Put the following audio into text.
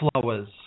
flowers